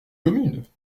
communes